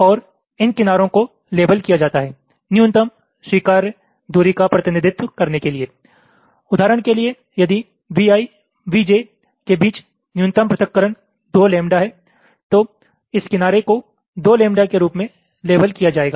और इन किनारों को लेबल किया जाता है न्यूनतम स्वीकार्य दूरी का प्रतिनिधित्व करने के लिए उदाहरण के लिए यदि Vi Vj के बीच न्यूनतम पृथक्करण 2 लैम्ब्डा है तो इस किनारे को 2 लैम्ब्डा के रूप में लेबल किया जाएगा